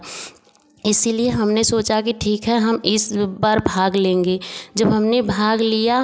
इसीलिए हमने सोचा कि ठीक है हम इस बार भाग लेंगे जब हमने भाग लिया